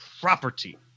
property